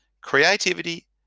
creativity